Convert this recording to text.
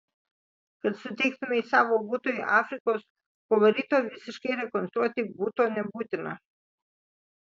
kad suteiktumei savo butui afrikos kolorito visiškai rekonstruoti buto nebūtina